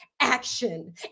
action